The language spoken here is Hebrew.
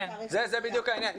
בדיוק העניין.